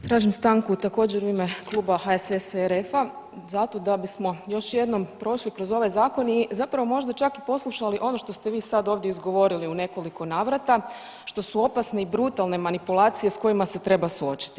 Tražim stanku također u ime Kluba HSS i RF-a zato da bismo još jednom prošli kroz ovaj zakon i zapravo možda čak i poslušali ono što ste vi sad ovdje izgovorili u nekoliko navrata, što su opasne i brutalne manipulacije s kojima se treba suočiti.